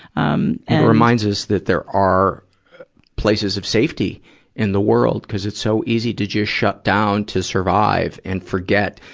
um and it reminds us that there are places of safety in the world, cuz it's so easy to just shut down to survive and forget,